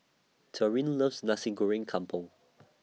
Taryn loves Nasi Goreng Kampung